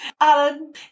Alan